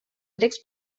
grecs